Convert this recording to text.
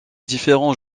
différents